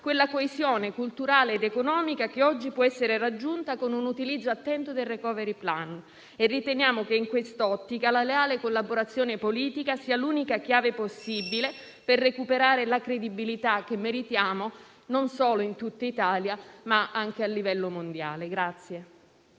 quella coesione culturale ed economica che oggi può essere raggiunta con un utilizzo attento del *recovery plan*. Riteniamo che, in quest'ottica, la leale collaborazione politica sia l'unica chiave possibile per recuperare la credibilità che meritiamo, non solo in tutta Italia ma anche a livello mondiale.